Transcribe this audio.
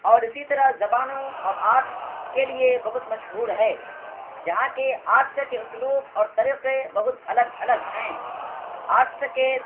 اور اسی طرح زبانوں اور آرٹس کے لیے بہت مشہور ہے یہاں کے آرٹس کے اسلوب اور طریقے بہت الگ الگ ہیں آرٹس کے